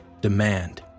Demand